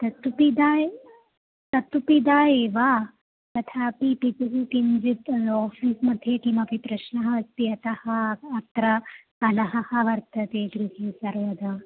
तत्तु पिताय तत्तु पिता एव तथापि पितुः किञ्चित् ओफ़ीस्मध्ये किमपि प्रश्नः अस्ति अतः अत्र कलहः वर्तते गृहे सर्वदा